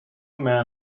men